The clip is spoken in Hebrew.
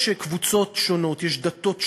יש קבוצות שונות, יש דתות שונות,